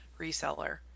reseller